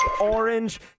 orange